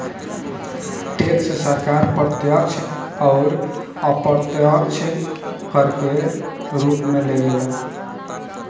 tax सरकार प्रत्यक्ष अउर अप्रत्यक्ष कर के रूप में लेवे ला